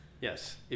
Yes